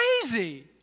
crazy